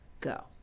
Go